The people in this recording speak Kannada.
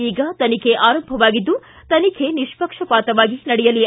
ಈಗ ತನಿಖೆ ಆರಂಭವಾಗಿದ್ದು ತನಿಖೆ ನಿಷ್ಣಕ್ಷಪಾತವಾಗಿ ನಡೆಯಲಿ